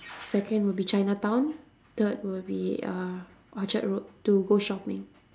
second will be chinatown third will be uh orchard-road to go shopping